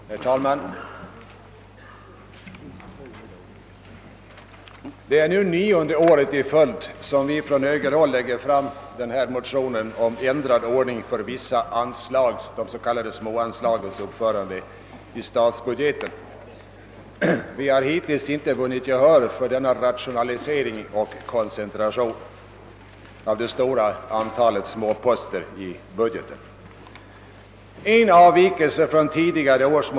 Herr talman! Det är nionde året i följd som vi från högerhåll framlägger denna motion om ändrad ordning för vissa, de s.k. småanslagens uppförande i budgeten. Vi har hittills inte vunnit gehör för denna rationalisering och koncentration av det stora antalet småposter i budgeten.